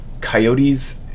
coyotes